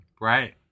Right